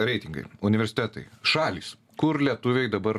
reitingai universitetai šalys kur lietuviai dabar